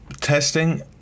testing